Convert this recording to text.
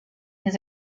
his